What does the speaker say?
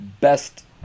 best